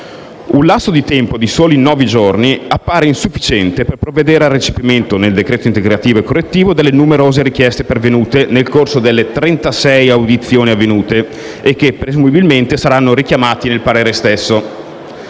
Un lasso di tempo di soli nove giorni appare insufficiente per provvedere al recepimento, nel decreto integrativo e correttivo, delle numerose richieste pervenute nel corso delle 36 audizioni svolte, che saranno presumibilmente richiamate nel parere stesso.